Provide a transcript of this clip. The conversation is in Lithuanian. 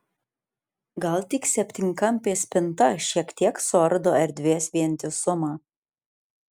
gal tik septynkampė spinta šiek tiek suardo erdvės vientisumą